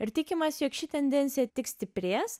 ir tikimasi jog ši tendencija tik stiprės